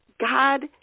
god